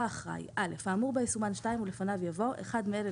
"אחראי"- האמור בה יסומן (2) ולפניו יבוא: "אחד מאלה,